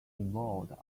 involved